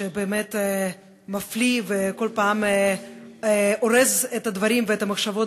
שבאמת מפליא וכל פעם אורז את הדברים והמחשבות